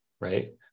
right